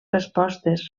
respostes